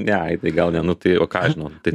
ne aidai gal ne nu tai o ką aš žinau tai